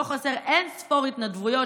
לא חסרות התנדבויות,